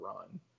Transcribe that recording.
run